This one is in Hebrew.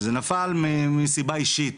זה נפל מסיבה אישית,